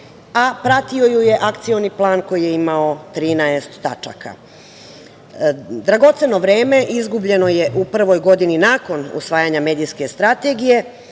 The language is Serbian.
a pratio ju je akcioni plan koji je imao 13. tačaka. Dragoceno vreme izgubljeno u prvoj godini nakon usvajanja medijske strategije,